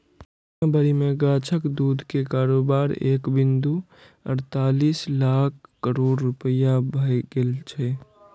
दुनिया भरि मे गाछक दूध के कारोबार एक बिंदु अड़तालीस लाख करोड़ रुपैया भए गेल छै